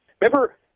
Remember